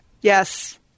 Yes